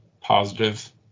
positive